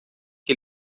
que